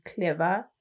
clever